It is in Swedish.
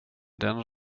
den